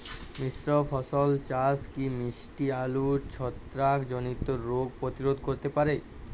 মিশ্র ফসল চাষ কি মিষ্টি আলুর ছত্রাকজনিত রোগ প্রতিরোধ করতে পারে?